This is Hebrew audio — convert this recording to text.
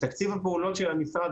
ותקציב הפעולות של המשרד,